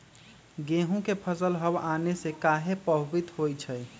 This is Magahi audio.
गेंहू के फसल हव आने से काहे पभवित होई छई?